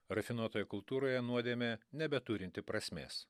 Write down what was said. rafinuotoj kultūroje nuodėmė nebeturinti prasmės